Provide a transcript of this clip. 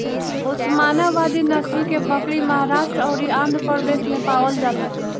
ओस्मानावादी नसल के बकरी महाराष्ट्र अउरी आंध्रप्रदेश में पावल जाले